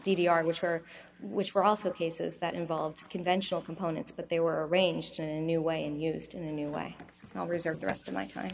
r which were which were also cases that involve conventional components but they were arranged in a new way and used in a new way all reserved the rest of my time